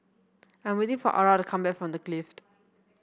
I'm waiting for Arah to come back from The Clift